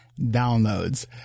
downloads